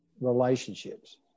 relationships